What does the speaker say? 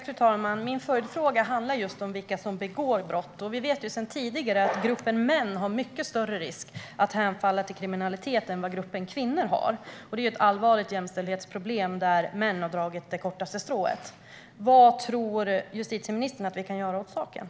Fru talman! Min följdfråga handlar just om vilka som begår brott. Vi vet sedan tidigare att gruppen män löper mycket större risk att hemfalla åt kriminalitet än vad gruppen kvinnor gör. Detta är ett allvarligt jämställdhetsproblem där män har dragit det kortaste strået. Vad tror justitieministern att vi kan göra åt detta?